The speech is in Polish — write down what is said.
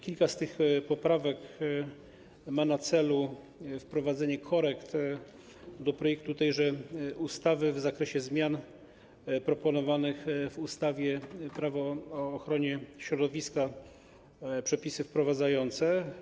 Kilka z tych poprawek ma na celu wprowadzenie korekt do projektu tejże ustawy w zakresie zmian proponowanych w ustawie - Prawo o ochronie środowiska - przepisy wprowadzające.